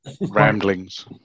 Ramblings